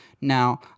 Now